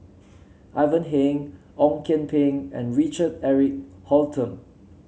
Ivan Heng Ong Kian Peng and Richard Eric Holttum